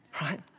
Right